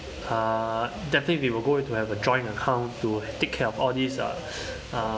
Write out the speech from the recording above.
uh definitely we will go into have a joint account to take care of all these lah uh